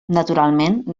naturalment